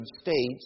States